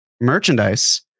merchandise